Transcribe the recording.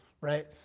right